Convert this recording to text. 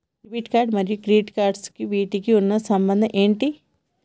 Debit మరియు credit cards వీటికి ఉన్న సంబంధం ఏంటి?